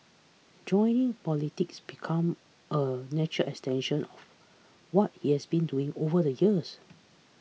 joining politics becomes a natural extension of what he has been doing over the years